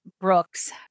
Brooks